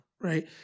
Right